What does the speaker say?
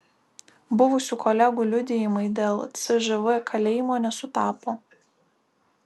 buvusių kolegų liudijimai dėl cžv kalėjimo nesutapo